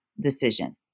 decision